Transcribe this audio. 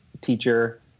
teacher